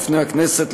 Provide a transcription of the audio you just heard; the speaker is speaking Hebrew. בפני הכנסת,